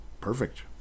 perfect